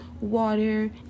water